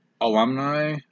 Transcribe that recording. alumni